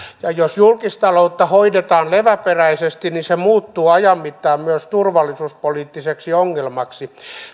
ja jos julkistaloutta hoidetaan leväperäisesti niin se muuttuu ajan mittaan myös turvallisuuspoliittiseksi ongelmaksi